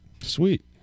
sweet